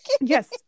yes